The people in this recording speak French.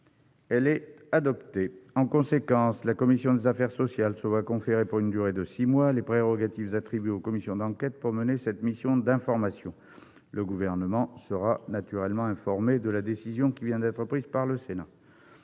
affaires sociales. En conséquence, la commission des affaires sociales se voit conférer, pour une durée de six mois, les prérogatives attribuées aux commissions d'enquête pour mener cette mission d'information. Le Gouvernement sera informé de la décision qui vient d'être prise par le Sénat.